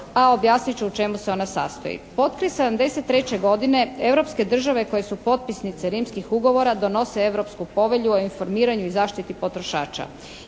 a objasnit ću u čemu se ona sastoji. Potkraj '73. godine europske države koje su potpisnice Rimskih ugovora donose Europsku povelju o informiranju i zaštiti potrošača.